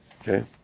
Okay